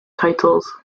titles